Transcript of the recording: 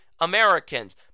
Americans